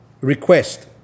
request